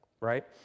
right